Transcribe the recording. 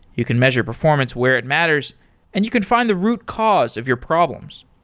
you can measure performance where it matters and you can find the root cause of your problems.